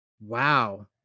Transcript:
Wow